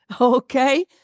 okay